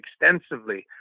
extensively